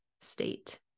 state